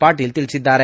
ಪಾಟೀಲ್ ತಿಳಿಸಿದ್ದಾರೆ